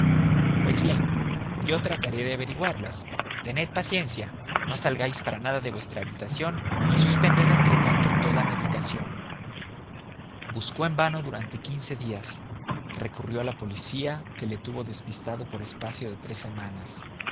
pues bien yo trataré de averiguarlas tened paciencia no salgáis para nada de vuestra habitación y suspended entre tanto toda medicación buscó en vano durante quince días recurrió a la policía que le tuvo despistado por espacio de tres semanas